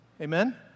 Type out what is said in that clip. Amen